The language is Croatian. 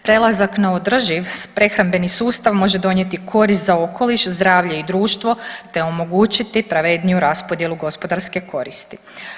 Prelazak na održiv prehrambeni sustav može donijeti korist za okoliš, zdravlje i društvo, te omogućiti pravedniju raspodjelu gospodarske koristi.